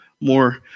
more